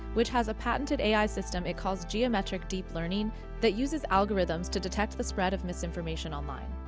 which has a patented a i. system it calls geometric deep learning that uses algorithms to detect the spread of misinformation online.